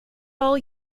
all